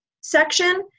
section